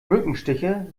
mückenstiche